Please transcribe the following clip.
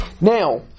Now